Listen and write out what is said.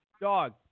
Dog